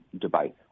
debate